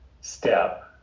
step